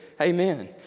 Amen